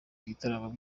ibitaramo